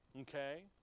Okay